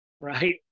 right